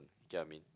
Jia-Min